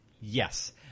yes